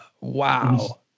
Wow